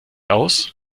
aus